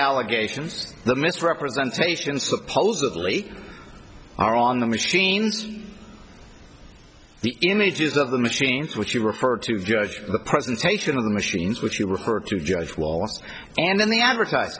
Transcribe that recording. allegations the misrepresentation supposedly are on the machines the images of the machines which you refer to the presentation of the machines which you refer to judge will and then the advertise